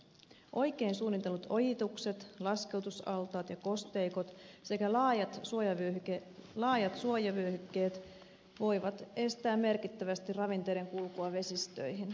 oikein suunnitellut ojitukset laskeutusaltaat ja kosteikot sekä laajat suojavyöhykkeet voivat estää merkittävästi ravinteiden kulkua vesistöihin